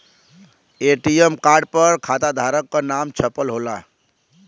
ATM card पर खाताधारक क नाम छपल होला